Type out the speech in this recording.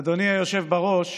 אדוני היושב בראש,